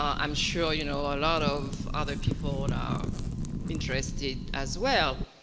um i'm sure you know a lot of other people and are interested as well.